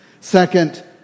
Second